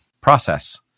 process